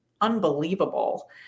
unbelievable